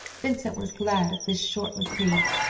vincent was glad of this short reprieve.